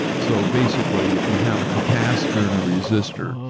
so basically, if you have a capacitor and a resistor,